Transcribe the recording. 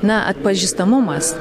na atpažįstamumas